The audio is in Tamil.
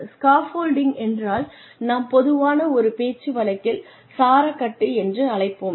ஸ்காஃப்ஃபோல்டிங் என்றால் நாம் பொதுவான ஒரு பேச்சுவழக்கில் சாரக்கட்டு என்று அழைப்போம்